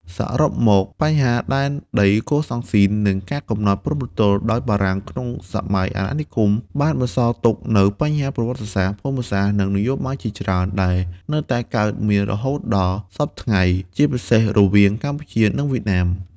សរុបមក បញ្ហាដែនដីកូសាំងស៊ីន និងការកំណត់ព្រំប្រទល់ដោយបារាំងក្នុងសម័យអាណានិគម បានបន្សល់ទុកនូវបញ្ហាប្រវត្តិសាស្ត្រ ភូមិសាស្ត្រ និងនយោបាយជាច្រើន ដែលនៅតែកើតមានរហូតដល់សព្វថ្ងៃ ជាពិសេសរវាងកម្ពុជា និងវៀតណាម។